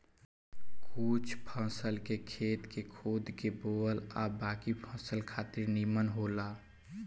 कुछ फसल के खेत के खोद के बोआला आ इ बाकी फसल खातिर भी निमन होला